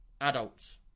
Adults